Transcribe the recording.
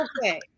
okay